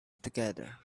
together